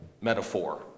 metaphor